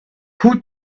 who